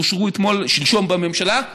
שאושרו שלשום בממשלה,